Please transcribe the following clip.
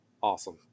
awesome